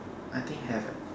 I think have eh